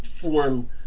form